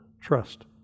trust